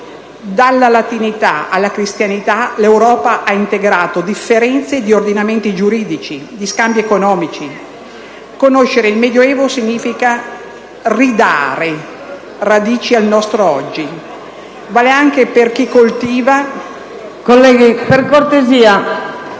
Dalla latinità alla cristianità l'Europa ha integrato differenze di ordinamenti giuridici, di scambi economici: conoscere il Medioevo significa ridare radici al nostro oggi. *(Brusìo).*